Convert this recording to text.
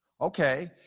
Okay